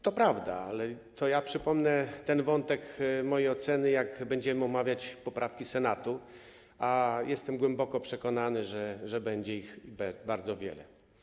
To prawda, ale przypomnę ten wątek mojej oceny, kiedy będziemy omawiać poprawki Senatu, a jestem głęboko przekonany, że będzie ich bardzo wiele.